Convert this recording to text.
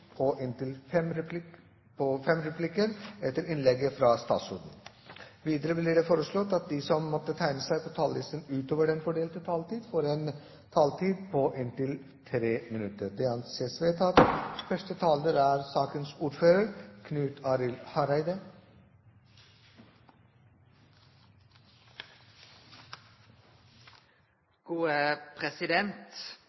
på inntil fem replikker med svar etter innlegget fra statsråden innenfor den fordelte taletid. Videre blir det foreslått at de som måtte tegne seg på talerlisten utover den fordelte taletid, får en taletid på inntil 3 minutter. – Det anses vedtatt. Første taler er sakens ordfører,